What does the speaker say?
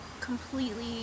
Completely